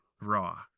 Raw